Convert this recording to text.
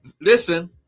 listen